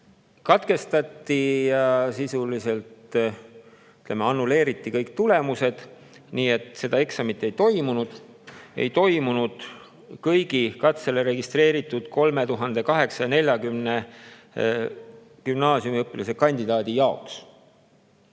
katkestati sisuliselt, annulleeriti kõik tulemused. Nii et seda [testi] ei toimunud kõigi katsele registreeritud 3840 gümnaasiumiõpilase kandidaadi jaoks.